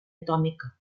atòmica